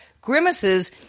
Grimace's